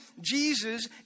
Jesus